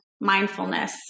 mindfulness